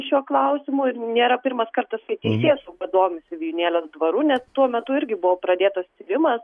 šiuo klausimu ir nėra pirmas kartas teisėsauga domisi vijūnėlės dvaru nes tuo metu irgi buvo pradėtas tyrimas